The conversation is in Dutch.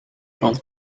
rond